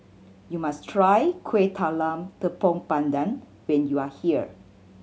you must try Kuih Talam Tepong Pandan when you are here